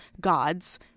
gods